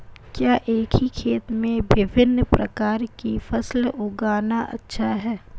क्या एक ही खेत में विभिन्न प्रकार की फसलें उगाना अच्छा है?